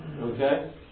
okay